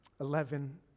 eleven